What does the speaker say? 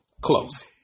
Close